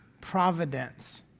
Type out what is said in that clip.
providence